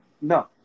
No